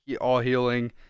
all-healing